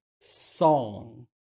song